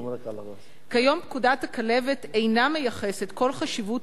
היום פקודת הכלבת אינה מייחסת כל חשיבות